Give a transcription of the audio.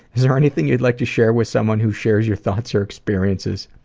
is there anything you'd like to share with someone who shares your thoughts or experiences?